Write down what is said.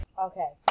Okay